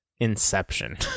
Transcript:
inception